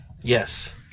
Yes